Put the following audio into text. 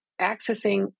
accessing